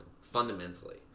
fundamentally